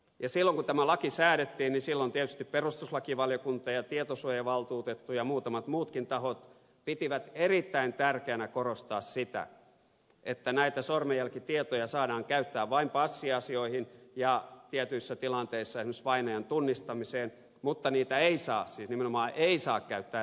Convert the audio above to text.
kun tämä laki säädettiin niin silloin tietysti perustuslakivaliokunta ja tietosuojavaltuutettu ja muutamat muutkin tahot pitivät erittäin tärkeänä korostaa sitä että näitä sormenjälkitietoja saadaan käyttää vain passiasioihin ja tietyissä tilanteissa esimerkiksi vainajan tunnistamiseen mutta niitä ei saa siis nimenomaan ei saa käyttää rikosten selvittämiseen